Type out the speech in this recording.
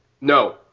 No